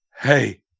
hey